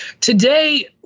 today